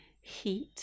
heat